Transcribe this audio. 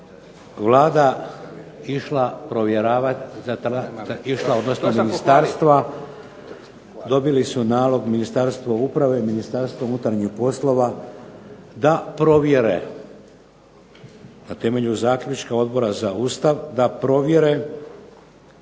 Vlada išla provjeravati, odnosno ministarstva, dobili su nalog Ministarstvo uprave, Ministarstvo unutarnjih poslova da provjere na temelju zaključka Odbora za Ustav, da provjere